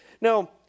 Now